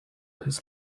his